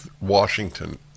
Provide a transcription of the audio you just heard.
Washington